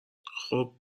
خوب